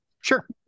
sure